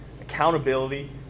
accountability